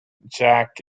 jack